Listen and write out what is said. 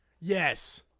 Yes